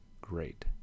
great